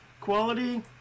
quality